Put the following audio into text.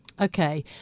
Okay